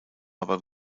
aber